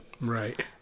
Right